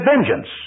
vengeance